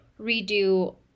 redo